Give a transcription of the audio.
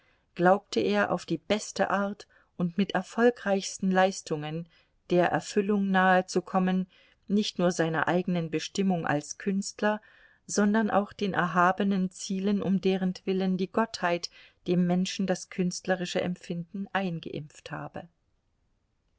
glaubte er auf die beste art und mit erfolgreichsten leistungen der erfüllung nahe zu kommen nicht nur seiner eigenen bestimmung als künstler sondern auch den erhabenen zielen um deretwillen die gottheit dem menschen das künstlerische empfinden eingeimpft habe